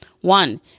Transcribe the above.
One